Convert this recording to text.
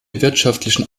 wirtschaftlichen